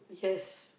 yes